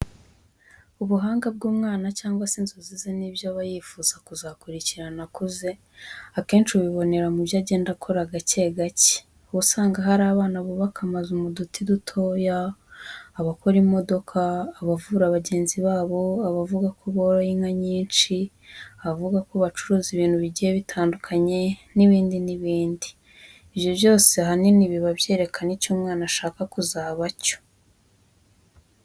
Ubuhanga bw'umwana cyangwa se inzozi ze n'ibyo aba yifuza kuzakurikirana akuze, akenshi ubibonera mu byo agenda akora gake gake. Uba usanga hari abana bubaka amazu mu duti dutoya, abakora imodoka, abavura bagenzi babo, abavuga ko boroye inka nyinshi, abavuga ko bacuruza ibintu bigiye bitandukanye n'ibindi n'ibindi. Ibyo byose ahanini biba byerekana icyo umwana ashaka kuzaba cyo.